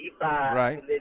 Right